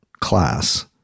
class